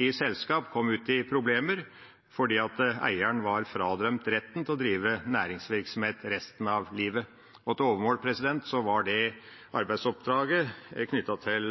i et selskap fikk problemer fordi eieren var fradømt retten til å drive næringsvirksomhet for resten av livet. Til overmål var det arbeidsoppdraget knyttet til